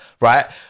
right